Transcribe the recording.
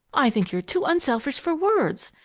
i think you're too unselfish for words!